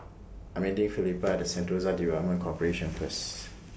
I'm meeting Felipa At Sentosa Development Corporation First